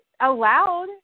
allowed